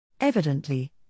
Evidently